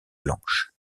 blanche